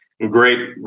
great